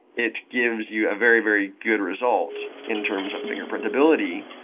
it gives you a very, very good result in terms of fingerprintability,